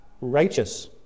righteous